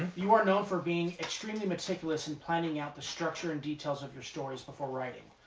you are known for being extremely meticulous in planning out the structure and details of your stories before writing.